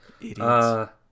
idiots